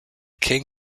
king